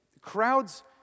crowds